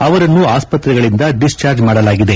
ಅವರನ್ತು ಅಸ್ಪತ್ರೆಗಳಿಂದ ದಿಸ್ವಾರ್ಜ್ ಮಾಡಲಾಗಿದೆ